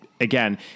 again